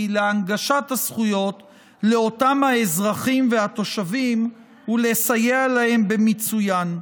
להנגשת הזכויות לאותם האזרחים והתושבים ולסייע להם במיצוין.